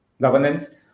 governance